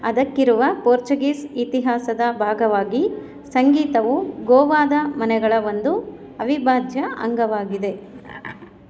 ಅದಕ್ಕಿರುವ Portuguese ಇತಿಹಾಸದ ಭಾಗವಾಗಿ ಸಂಗೀತವು ಗೋವಾದ ಮನೆಗಳ ಒಂದು ಅವಿಭಾಜ್ಯ ಅಂಗವಾಗಿದೆ